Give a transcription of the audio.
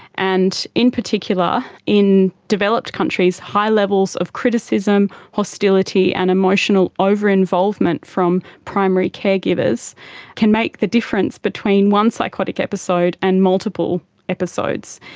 and in particular, in developed countries high levels of criticism, hostility and emotional over-involvement from primary caregivers can make the difference between one psychotic episode and multiple episodes.